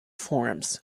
forms